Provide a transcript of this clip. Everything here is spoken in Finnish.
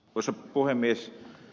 arvoisa puhemies